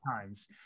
times